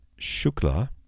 Shukla